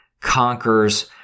conquers